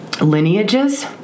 lineages